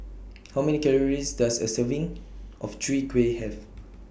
How Many Calories Does A Serving of Chwee Kueh Have